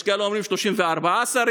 יש כאלה אומרים 34 שרים,